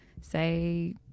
say